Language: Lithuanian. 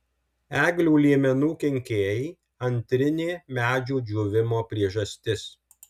eglių liemenų kenkėjai antrinė medžių džiūvimo priežastis